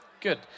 Good